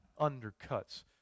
undercuts